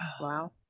wow